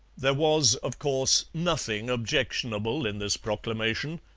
there was, of course, nothing objectionable in this proclamation.